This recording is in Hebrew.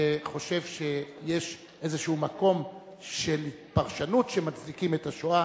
שחושב שיש איזה מקום של פרשנות שמצדיק את השואה.